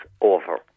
over